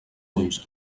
ulls